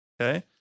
okay